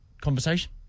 conversation